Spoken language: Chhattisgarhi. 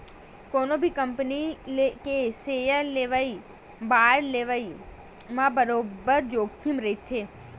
कोनो भी कंपनी के सेयर लेवई, बांड लेवई म बरोबर जोखिम रहिथे